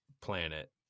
planet